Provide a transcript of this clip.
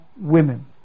women